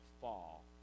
fall